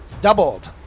Doubled